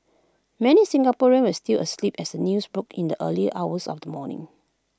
many Singaporeans were still asleep as the news broke in the early hours of the morning